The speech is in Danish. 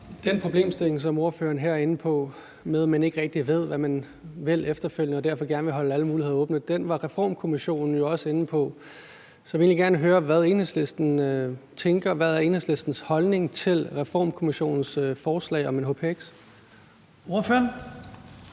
Den problemstilling, som ordføreren her er inde på, med, at man ikke rigtig ved, hvad man vil efterfølgende, og derfor gerne vil holde alle muligheder åbne, var Reformkommissionen jo også inde på. Så jeg vil egentlig gerne høre, hvad Enhedslisten tænker: Hvad er Enhedslistens holdning til Reformkommissionens forslag om en hpx? Kl.